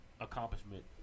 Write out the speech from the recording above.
accomplishment